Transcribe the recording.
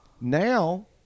now